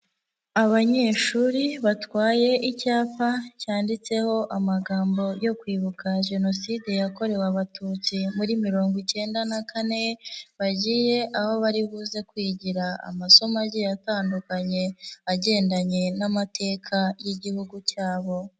Abanyeshuri batwaye icyapa cyanditseho amagambo yo kwibuka jenoside yakorewe abatutsi muri mirongo icyenda na kane, bagiye aho bari buze kwigira amasomo agiye atandukanye agendanye n'amateka y'igihugu cyabo.